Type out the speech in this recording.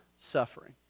suffering